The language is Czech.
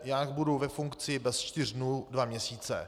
Já budu ve funkci bez čtyř dnů dva měsíce.